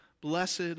blessed